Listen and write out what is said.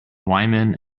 wyman